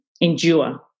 endure